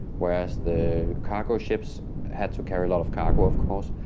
whereas the cargo ships had to carry lot of cargo, of course,